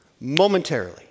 momentarily